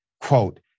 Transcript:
quote